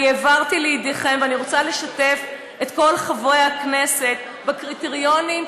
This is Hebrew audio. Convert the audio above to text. אני העברתי לידיכם ואני רוצה לשתף את כל חברי הכנסת בקריטריונים,